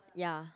ya